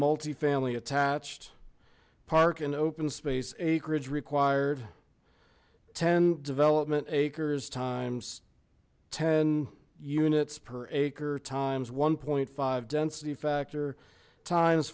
multifamily attached park and open space acreage required ten development acres times ten units per acre times one point five density factor times